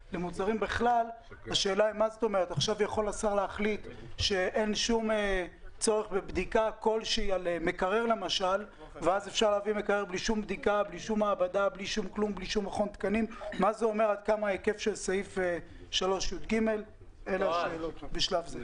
3יג. אלה השאלות בשלב זה.